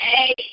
Hey